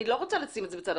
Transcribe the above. אני לא רוצה לשים את זה בצד.